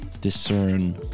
discern